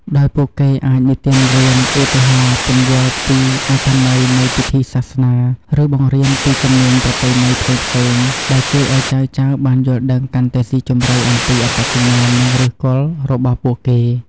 ដោយពួកគេអាចនិទានរឿង ឧទាហរណ៍ ពន្យល់ពីអត្ថន័យនៃពិធីសាសនា ឬបង្រៀនពីជំនាញប្រពៃណីផ្សេងៗ ដែលជួយឲ្យចៅៗបានយល់ដឹងកាន់តែស៊ីជម្រៅអំពីអត្តសញ្ញាណ និងឫសគល់របស់ពួកគេ។